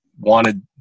wanted